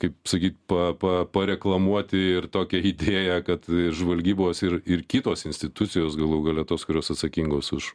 kaip sakyt pa pa pareklamuoti ir tokią idėją kad žvalgybos ir ir kitos institucijos galų gale tos kurios atsakingos už